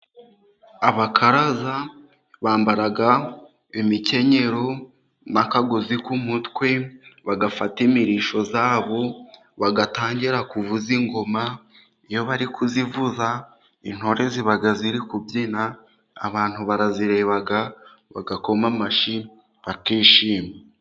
Abakaraza bambara imikenyero n'akagozi k'umutwe, bagafata imirishyo yabo bagatangira kuvuza ingoma. Iyo bari kuzivuza, intore ziba ziri kubyina, abantu barazireba bagakoma amashyi bakishima.